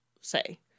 say